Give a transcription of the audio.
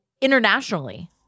Internationally